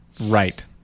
Right